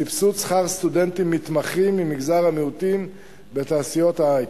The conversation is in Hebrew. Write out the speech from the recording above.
סבסוד שכר סטודנטים מתמחים ממגזר המיעוטים בתעשיות ההיי-טק.